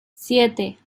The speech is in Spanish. siete